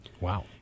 Wow